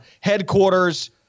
headquarters